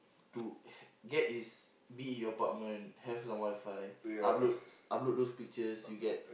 to get is be in a apartment have some WiFi upload upload those pictures you get